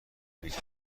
نیست